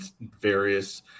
various